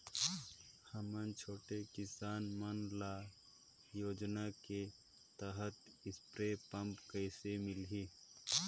हमन छोटे किसान मन ल योजना के तहत स्प्रे पम्प कइसे मिलही?